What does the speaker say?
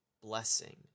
blessing